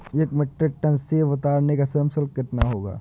एक metric tonne सेव उतारने का श्रम शुल्क कितना होगा?